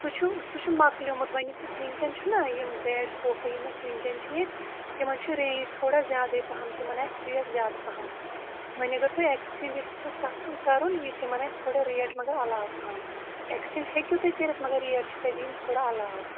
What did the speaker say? سُہ چھُ سُہ چھُ مۄکلیٛومُت وۄنۍ یُس اَسہِ وُنکٮ۪ن چھُنا یِم بَیٚڈ صوفا یِم اَسہِ وُنکٮ۪ن چھِ ییٚتہِ تِمَن چھُ رینٛج تھوڑا زیادَے پَہَم تِمَن آسہِ ریٹ زیادٕ پَہَم وۅنۍ اگر تُہۍ ایٚکسچینٛج یَژھِو کَتھ کُن کَرُن یہِ تِمَن آسہِ تھوڑا ریٹ مگر علاوٕ پَہَم ایٚکٕسچینٛج ہیٚکِو تُہۍ کٔرِتھ مگر ریٹ چھِ تۄہہِ دِنۍ تھوڑا علاو